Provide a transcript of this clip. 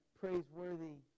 praiseworthy